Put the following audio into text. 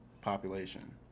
population